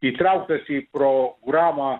įtrauktas į programą